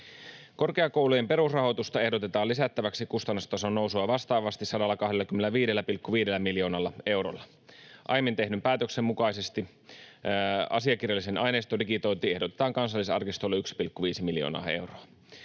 Korkeakoulujen perusrahoitusta ehdotetaan lisättäväksi kustannustason nousua vastaavasti 125,5 miljoonalla eurolla. Aiemmin tehdyn päätöksen mukaisesti asiakirjallisen aineiston digitointiin ehdotetaan Kansallisarkistolle 1,5 miljoonaa euroa.